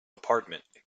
apartment